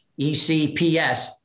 ECPS